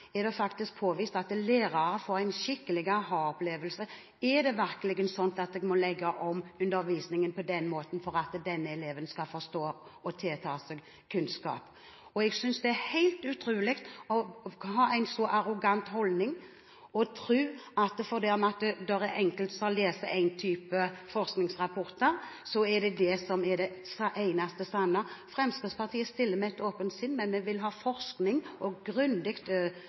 er det faktisk påvist at lærere får en skikkelig aha-opplevelse – er det virkelig slik at jeg må legge om undervisningen på denne måten for at eleven skal forstå og ta til seg kunnskap? Jeg synes det er helt utrolig at man har en så arrogant holdning og tror at fordi man leser én type forskingsrapporter, er det det eneste sanne. I Fremskrittspartiet stiller vi med et åpent sinn, men vi vil ha forskning og utredet grundig